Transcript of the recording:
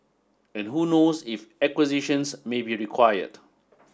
and who knows if acquisitions may be required